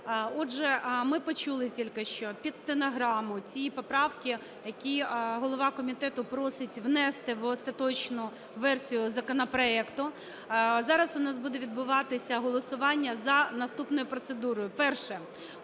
Отже, ми почули тільки що під стенограму ці поправки, які голова комітету просить внести в остаточну версію законопроекту. Зараз у нас буде відбуватись голосування за наступною процедурою. Перше.